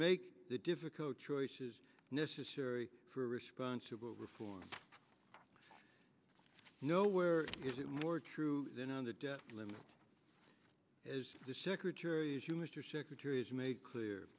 make the difficult choices necessary for responsible reform no where is it more true than on the debt limit as the secretaries you mr secretary as you make clear